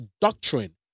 doctrine